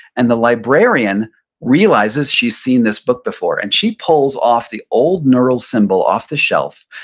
and the librarian realizes she's seen this book before, and she pulls off the old neural symbol off the shelf,